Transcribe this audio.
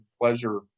pleasure